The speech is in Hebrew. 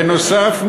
בנוסף,